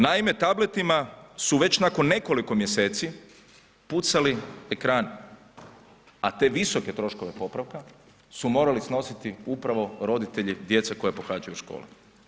Naime, tabletima su već nakon nekoliko mjeseci pucali ekrani, a te visoke troškove popravka su morali snositi upravo roditelje djece koja pohađaju škole.